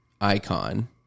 icon